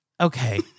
okay